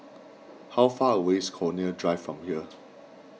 how far away is Connaught Drive from here